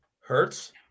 Hertz